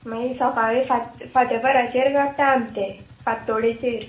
मागी सकाळीं फांत फांतेपाराचेर काडटा आमी ते फांतोडेचेर